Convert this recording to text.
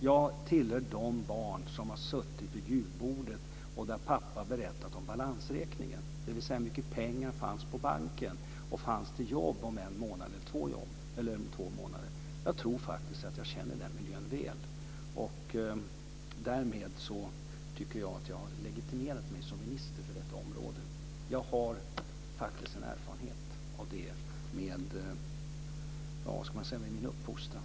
Jag hör till de barn som har suttit vid julbordet och lyssnat när pappa berättat om balansräkningen, dvs. hur mycket pengar som fanns på banken och om det fanns jobb om en eller två månader. Jag tror faktiskt att jag känner den miljön väl. Därmed tycker jag att jag har legitimerat mig som minister för detta område. Jag har fått erfarenheter genom min uppfostran.